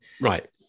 Right